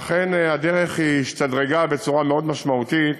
ואכן, הדרך השתדרגה בצורה מאוד משמעותית,